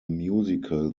musical